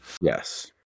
Yes